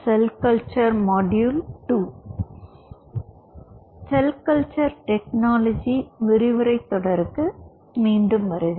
செல் culture technology விரிவுரைத் தொடருக்கு மீண்டும் வருக